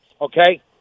okay